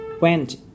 went